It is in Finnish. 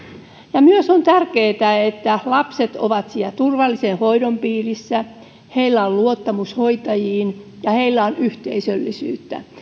on myös että lapset ovat siellä turvallisen hoidon piirissä heillä on luottamus hoitajiin ja heillä on yhteisöllisyyttä